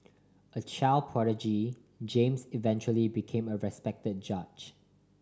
a child prodigy James eventually became a respect judge